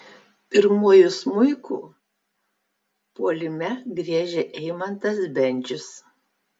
pirmuoju smuiku puolime griežia eimantas bendžius